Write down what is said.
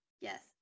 Yes